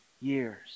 years